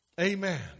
Amen